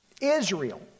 Israel